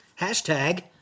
Hashtag